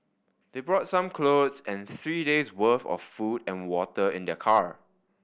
they brought some clothes and three days worth of food and water in their car